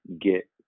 get